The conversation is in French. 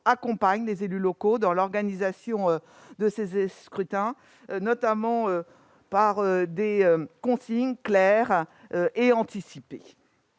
accompagne les élus locaux dans l'organisation de ces scrutins, notamment par des consignes claires et anticipées.